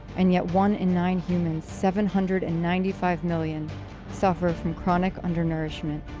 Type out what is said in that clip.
and yet one in nine humans seven hundred and ninety five million suffer from chronic undernourishment,